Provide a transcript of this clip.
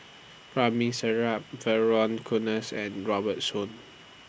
Ramli Sarip Vernon Cornelius and Robert Soon